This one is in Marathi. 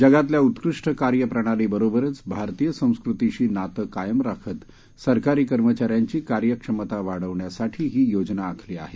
जगातल्या उत्कृष्ट कार्य प्रणाली बरोबरच भारतीय संस्कृतीशी नातं कायम राखत सरकारी कर्मचा यांची कार्यक्षमता वाढवण्यासाठी ही योजना आखली आहे